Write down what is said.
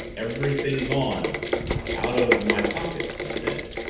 everything gone out of my pockets, he said.